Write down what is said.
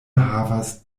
havas